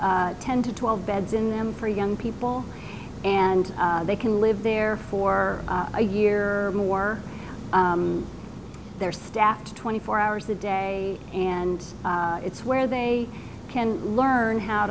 ten to twelve beds in them for young people and they can live there for a year or more they're staff to twenty four hours a day and it's where they can learn how